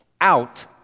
out